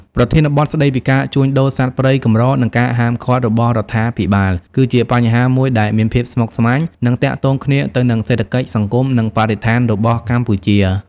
ប្រធានបទស្តីពីការជួញដូរសត្វព្រៃកម្រ និងការហាមឃាត់របស់រដ្ឋាភិបាល គឺជាបញ្ហាមួយដែលមានភាពស្មុគស្មាញ និងទាក់ទងគ្នាទៅនឹងសេដ្ឋកិច្ច សង្គម និងបរិស្ថានរបស់កម្ពុជា។